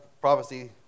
prophecy